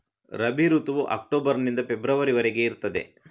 ರಬಿ ಋತುವು ಅಕ್ಟೋಬರ್ ನಿಂದ ಫೆಬ್ರವರಿ ವರೆಗೆ ಇರ್ತದೆ